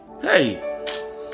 Hey